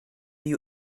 you